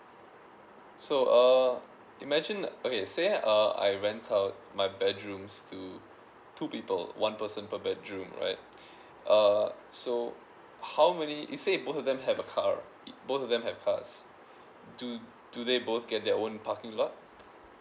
so uh imagining okay say uh I rent out my bedrooms to two people one person per bedroom right uh so how many it says both of them have a car both of them have cars do do they both get their own parking lot